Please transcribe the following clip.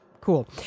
cool